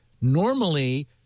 Normally